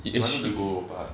he wanted to go but